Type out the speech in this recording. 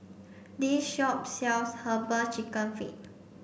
this shop sells herbal chicken feet